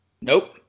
nope